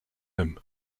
him